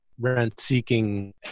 rent-seeking